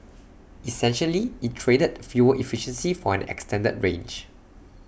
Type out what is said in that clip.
essentially IT traded fuel efficiency for an extended range